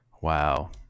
Wow